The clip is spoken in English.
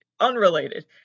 unrelated